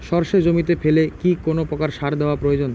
সর্ষে জমিতে ফেলে কি কোন প্রকার সার দেওয়া প্রয়োজন?